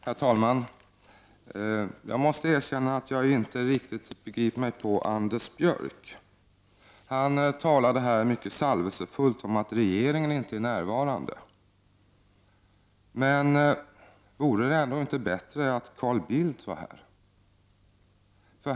Herr talman! Jag måste erkänna att jag inte riktigt begriper mig på Anders Björck. Han talade mycket salvelsefullt här om att regeringen inte är närvarade vid dagens debatt. Men vore det ändå inte bättre om Carl Bildt vore här?